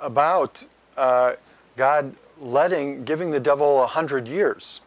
about god letting giving the devil one hundred years